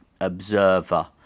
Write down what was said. observer